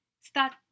start